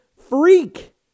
freak